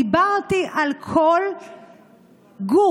דיברתי על כל גוף,